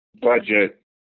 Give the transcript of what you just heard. budget